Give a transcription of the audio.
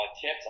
Tips